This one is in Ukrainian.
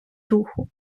духу